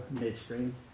Midstream